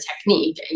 technique